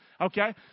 Okay